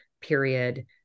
period